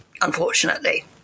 unfortunately